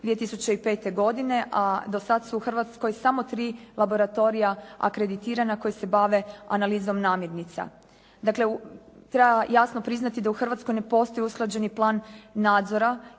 2005. godine, a do sad su u Hrvatskoj samo 3 laboratorija akreditirana koji se bave analizom namirnica. Dakle u, treba jasno priznati da u Hrvatskoj ne postoji usklađeni plan nadzora